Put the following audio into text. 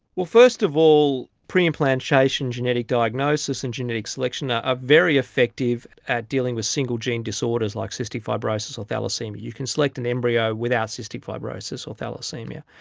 well, first of all, preimplantation genetic diagnosis and genetic selection are ah very effective at dealing with single gene disorders like cystic fibrosis or thalassaemia. you can select an embryo without cystic fibrosis or thalassaemia.